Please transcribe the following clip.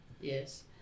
Yes